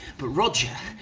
but roger.